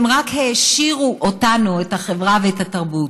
הם רק העשירו אותנו, את החברה והתרבות.